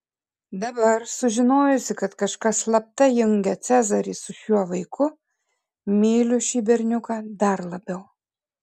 dabar sužinojusi kad kažkas slapta jungia cezarį su šiuo vaiku myliu šį berniuką dar labiau